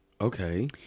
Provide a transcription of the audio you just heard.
Okay